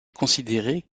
considérée